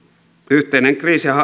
yhteinen